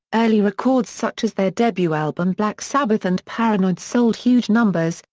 early records such as their debut album black sabbath and paranoid sold huge numbers,